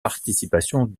participation